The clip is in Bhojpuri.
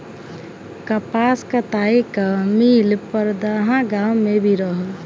कपास कताई कअ मिल परदहा गाँव में भी रहल